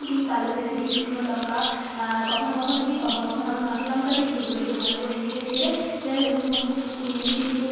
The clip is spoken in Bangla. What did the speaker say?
দিই কালোজিরা দিই শুকনো লঙ্কা কখনও কখনও দিই কখনও কখনও আবার কাঁচা লঙ্কা দিই সেগুলো দিয়ে ভালো করে নেড়েচেড়ে পনেরো থেকে কুড়ি মিনিট একটু